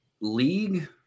League